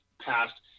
passed